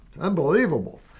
Unbelievable